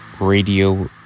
radio